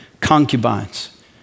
concubines